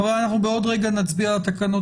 חברים אנחנו בעוד רגע נצביע על התקנות,